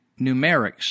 numerics